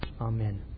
Amen